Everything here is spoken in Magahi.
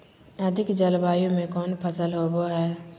अधिक जलवायु में कौन फसल होबो है?